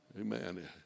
Amen